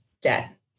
debt